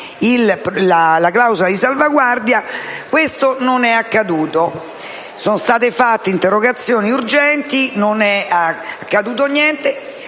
alla clausola di salvaguardia, questo non è accaduto. Sono state fatte interrogazioni urgenti, ma non è accaduto niente.